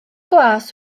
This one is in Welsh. gwas